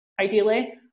ideally